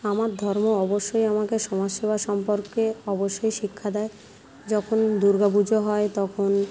আমার ধর্ম অবশ্যই আমাকে সমাজ সেবা সম্পর্কে অবশ্যই শিক্ষা দেয় যখন দুর্গা পুজো হয় তখন